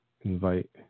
invite